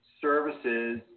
services